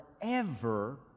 forever